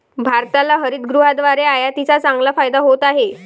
भारताला हरितगृहाद्वारे आयातीचा चांगला फायदा होत आहे